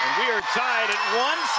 and we are tied at one